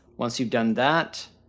once you've done that,